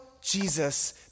Jesus